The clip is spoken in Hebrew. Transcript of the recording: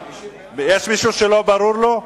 יש מישהו שלא ברור לו?